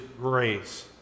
grace